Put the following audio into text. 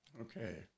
Okay